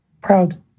Proud